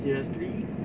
seriously